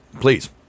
please